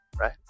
right